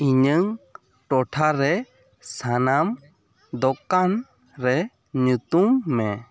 ᱤᱧᱟᱹᱜ ᱴᱚᱴᱷᱟ ᱨᱮ ᱥᱟᱱᱟᱢ ᱫᱚᱠᱟᱱ ᱨᱮ ᱧᱩᱛᱩᱢ ᱢᱮ